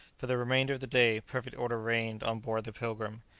for the remainder of the day perfect order reigned on board the pilgrim.